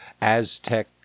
Aztec